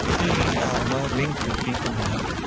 they are more linked with people now